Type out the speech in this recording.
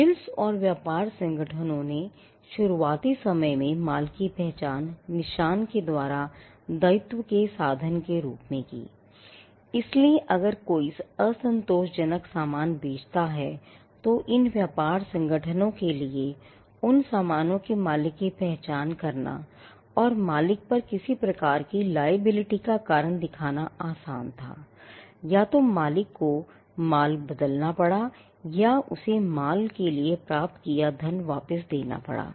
guilds और व्यापार संगठनों ने शुरुआती समय में माल की पहचान निशान के द्वारा दायित्व के साधन के रूप में की इसलिए अगर कोई असंतोषजनक सामान बेचता है तो इन व्यापार संगठनों के लिए उन सामानों के मालिक की पहचान करना और मालिक पर किसी प्रकार की liability का कारण दिखाना आसान था या तो मालिक को माल को बदलना पड़ा या उसे माल के लिए प्राप्त किया धन वापस देना पड़ा